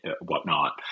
whatnot